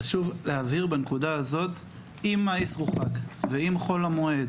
חשוב להבהיר בנקודה הזאת עם האסרו חג ועם חול המועד